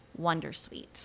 Wondersuite